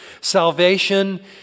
Salvation